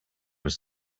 was